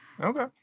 Okay